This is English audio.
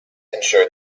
ensured